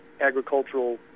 agricultural